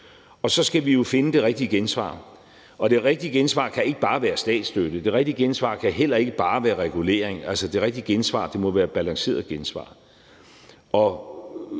og så skal vi finde det rigtige gensvar. Det rigtige gensvar kan ikke bare være statsstøtte. Det rigtige gensvar kan heller ikke bare være regulering. Altså, det rigtige gensvar må være et balanceret gensvar.